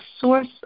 source